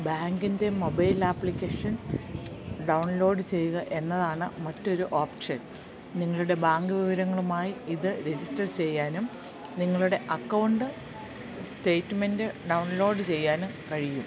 ബാങ്കിന്റെ mobile application download ചെയ്യുക എന്നതാണ് മറ്റൊരു ഓപ്ഷൻ നിങ്ങളുടെ ബാങ്ക് വിവരങ്ങളുമായി ഇത് രജിസ്റ്റർ ചെയ്യാനും നിങ്ങളുടെ അക്കൗണ്ട് സ്റ്റേറ്റ്മെൻറ്റ് ഡൗൺലോഡ് ചെയ്യാനും കഴിയും